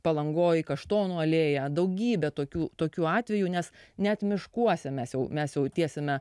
palangoje kaštonų alėją daugybę tokių tokiu atveju nes net miškuose mes jau mes jau tiesiame